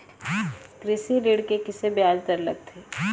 कृषि ऋण के किसे ब्याज दर लगथे?